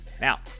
Now